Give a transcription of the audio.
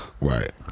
Right